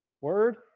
word